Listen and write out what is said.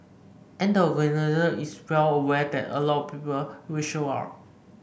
and the organiser is well aware that a lot of people will show up